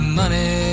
money